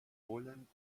wollen